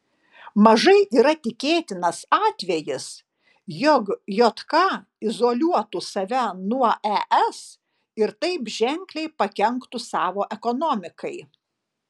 mažai yra tikėtinas atvejis jog jk izoliuotų save nuo es ir taip ženkliai pakenktų savo ekonomikai